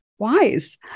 Wise